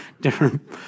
different